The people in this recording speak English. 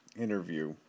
interview